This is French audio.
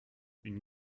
une